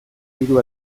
hiru